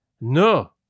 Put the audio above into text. No